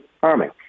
farming